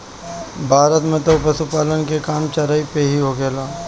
भारत में तअ पशुपालन के काम चराई पे ही होखेला